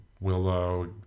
Willow